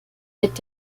mit